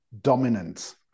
dominant